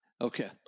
Okay